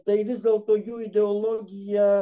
tai vis dėlto jų ideologija